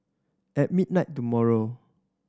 at midnight tomorrow